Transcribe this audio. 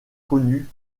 connu